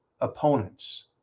opponents